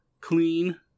clean